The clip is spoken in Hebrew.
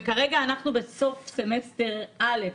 וכרגע אנחנו בסוף סמסטר א',